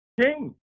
King